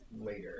later